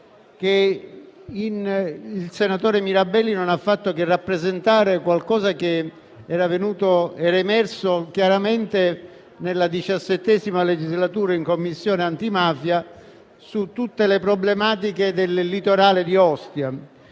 che il senatore Mirabelli non ha fatto che rappresentare ciò che era emerso chiaramente nel corso della XVII legislatura in Commissione antimafia relativamente alle problematiche del litorale di Ostia